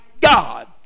God